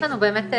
סרטן שד הוא הגורם